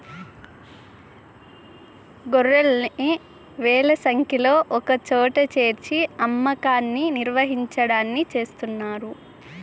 గొర్రెల్ని వేల సంఖ్యలో ఒకచోట చేర్చి అమ్మకాన్ని నిర్వహించడాన్ని చేస్తున్నారు